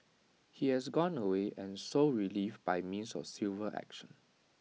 he has gone away and sought relief by means of civil action